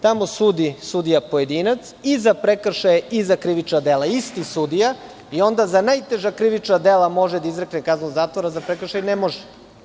Tamo sudi sudija pojedinac i za prekršaje i za krivična dela, isti sudija, i onda za najteža krivična dela može da izrekne kaznu zatvora, a za prekršaj ne može.